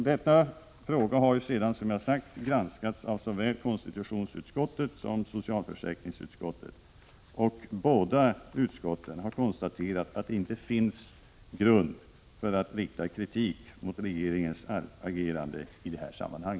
Denna fråga har sedan granskats av såväl konstitutionsutskottet som socialförsäkringsutskottet, och båda utskotten har konstaterat att det inte finns någon grund för att rikta kritik mot regeringens agerande i detta sammanhang.